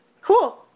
Cool